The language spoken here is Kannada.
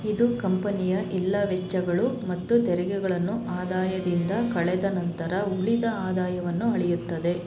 ಇದು ಕಂಪನಿಯ ಇಲ್ಲ ವೆಚ್ಚಗಳು ಮತ್ತು ತೆರಿಗೆಗಳನ್ನು ಆದಾಯದಿಂದ ಕಳೆದ ನಂತರ ಉಳಿದ ಆದಾಯವನ್ನು ಅಳೆಯುತ್ತದೆ